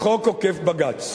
בחוק עוקף-בג"ץ.